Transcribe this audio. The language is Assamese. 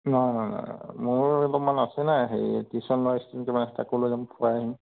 নহয় নহয় মোৰ অলপমান আছে ন হেৰি টিউশ্যনৰ ষ্টুডেণ্ট তাকো লৈ যাম ফুৰাই আনিম